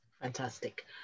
fantastic